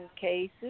cases